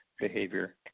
behavior